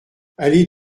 allée